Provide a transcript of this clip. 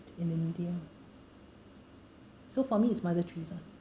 in india so for me is mother teresa